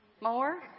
More